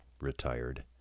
retired